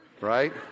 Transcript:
right